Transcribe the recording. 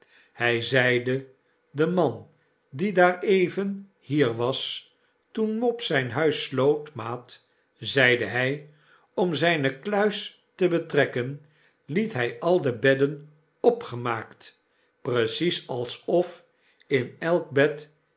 hy zeide de man die daar even hier was toen mopes zijn huis sloot maat zeide hy om zijne kluis te betrekken liet hy al de bedden opgemaakt precies alsof in elk bed